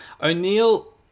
O'Neill